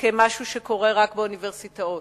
כמשהו שקורה רק באוניברסיטאות.